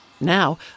Now